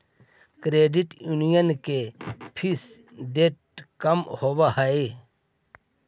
credit union के fees ढेर कम होब हई